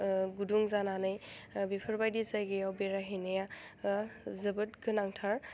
गुदुं जानानै बेफोरबायदि जायगायाव बेरायहैनाया जोबोद गोनांथार